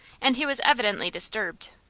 and he was evidently disturbed.